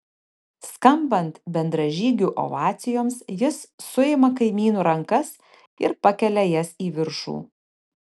skambant bendražygių ovacijoms jis suima kaimynų rankas ir pakelia jas į viršų